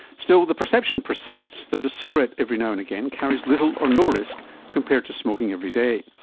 still the perception persists that a cigarette every now and again carries little or no risk compared to smoking every day.